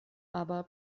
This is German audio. aber